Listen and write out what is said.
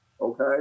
okay